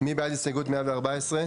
מי בעד הסתייגות 114?